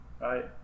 right